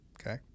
Okay